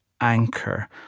anchor